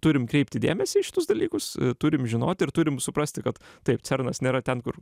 turim kreipti dėmesį į šitus dalykus turim žinoti ir turim suprasti kad taip cernas nėra ten kur